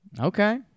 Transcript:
Okay